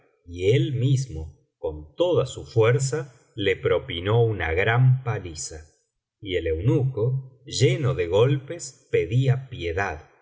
y él mismo con toda su fuerza le propinó una gran paliza y el eunuco lleno de golpes pedía piedad